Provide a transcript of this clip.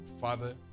Father